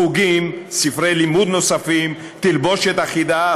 חוגים, ספרי לימוד נוספים, תלבושת אחידה.